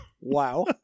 Wow